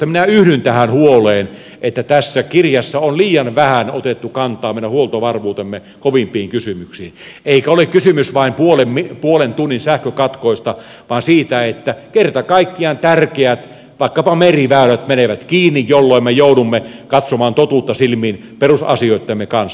minä yhdyn tähän huoleen että tässä kirjassa on liian vähän otettu kantaa meidän huoltovarmuutemme kovimpiin kysymyksiin eikä ole kysymys vain puolen tunnin sähkökatkoista vaan siitä että kerta kaikkiaan vaikkapa tärkeät meriväylät menevät kiinni jolloin me joudumme katsomaan totuutta silmiin perusasioittemme kanssa